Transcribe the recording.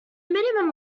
minimum